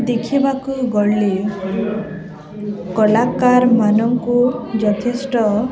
ଦେଖିବାକୁ ଗଲେ କଳାକାରମାନଙ୍କୁ ଯଥେଷ୍ଟ